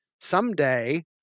someday